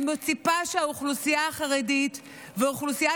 אני מצפה שהאוכלוסייה החרדית ואוכלוסיית